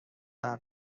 عقل